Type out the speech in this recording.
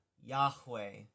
Yahweh